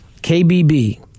KBB